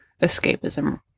escapism